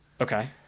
Okay